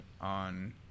on